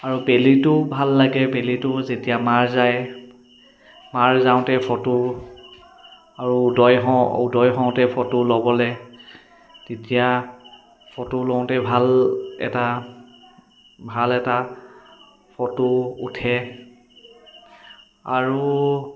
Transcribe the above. আৰু বেলিটোও ভাল লাগে বেলিটো যেতিয়া মাৰ যায় মাৰ যাওঁতে ফটো আৰু উদয় হও উদয় হওতে ফটো ল'বলৈ তেতিয়া ফটো লওঁতে ভাল এটা ভাল এটা ফটো উঠে আৰু